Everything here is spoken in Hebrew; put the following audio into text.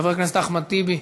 חבר הכנסת אחמד טיבי,